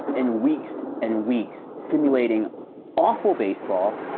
and weeks, and weeks simulating awful baseball.